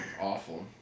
Awful